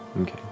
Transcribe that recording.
Okay